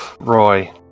Roy